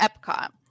epcot